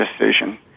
decision